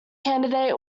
candidate